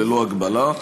ללא הגבלה.